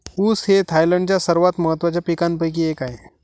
ऊस हे थायलंडच्या सर्वात महत्त्वाच्या पिकांपैकी एक आहे